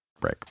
Break